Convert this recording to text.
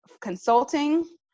consulting